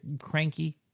cranky